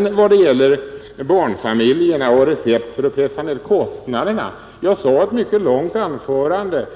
När det gäller barnfamiljerna och recept för att pressa ned kostnaderna betonade jag gång på gång i ett mycket långt anförande